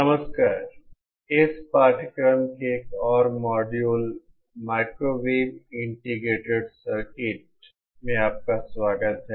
नमस्कार इस पाठ्यक्रम के एक और मॉड्यूल माइक्रोवेव इंटीग्रेटेड सर्किट में आपका स्वागत है